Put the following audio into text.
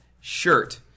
shirt